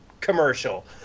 commercial